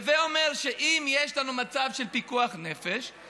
הווי אומר שאם יש לנו מצב של פיקוח נפש,